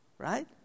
Right